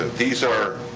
these are.